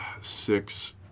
six